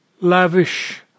lavish